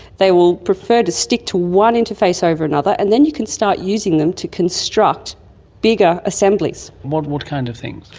they will prefer to stick to one interface over another, and then you can start using them to construct bigger assemblies. and what kind of things?